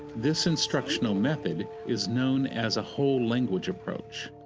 this instructional method is known as a whole language approach.